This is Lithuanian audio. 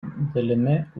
dalimi